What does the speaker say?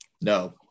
No